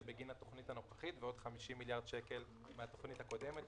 בגין התוכנית הנוכחית ועוד 50 מיליארד שקלים מהתוכנית הקודמת,